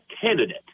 candidate